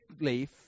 leaf